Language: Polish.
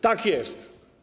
Tak jest.